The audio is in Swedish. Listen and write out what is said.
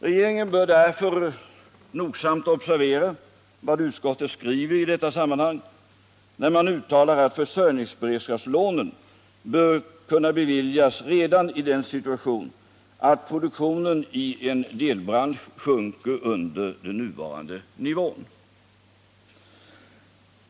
Regeringen bör därför nogsamt observera vad utskottet skriver i detta sammanhang om att försörjningsberedskapslån bör kunna beviljas redan i den situationen att produktionen i en delbransch sjunker under nuvarande nivå.